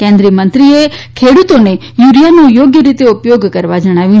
કેન્દ્રીય મંત્રીએ ખેડુતોને યુરીયાનો યોગ્ય રીતે ઉપયોગ કરવા જણાવ્યું